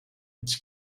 its